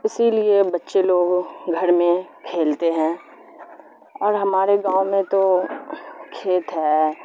اسی لیے بچے لوگ گھر میں کھیلتے ہیں اور ہمارے گاؤں میں تو کھیت ہے